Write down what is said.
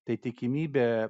tai tikimybė